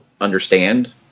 understand